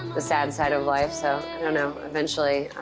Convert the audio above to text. the sad side of life. so, you know eventually,